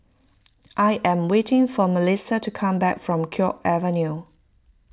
I am waiting for Melissa to come back from Guok Avenue